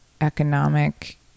economic